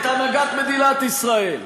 את הנהגת מדינת ישראל.